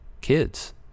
kids